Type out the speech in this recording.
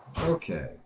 Okay